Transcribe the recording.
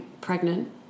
pregnant